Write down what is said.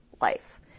life